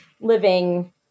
living